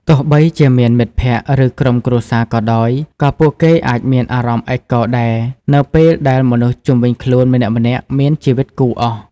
ទោះបីជាមានមិត្តភក្តិ ឬក្រុមគ្រួសារក៏ដោយ ក៏ពួកគេអាចមានអារម្មណ៍ឯកោដែល នៅពេលដែលមនុស្សជំុវិញខ្លួនម្នាក់ៗមានជីវិតគូអស់ ។